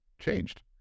changed